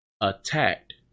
attacked